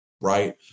right